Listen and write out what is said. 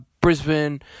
Brisbane